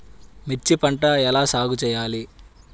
మిర్చి పంట ఎలా సాగు చేయాలి?